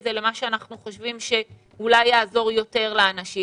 זה למה שאנחנו חושבים שאולי יעזור יותר לאנשים,